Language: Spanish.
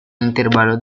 intervalos